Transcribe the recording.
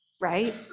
right